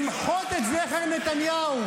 למחות את זכר נתניהו,